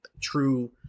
true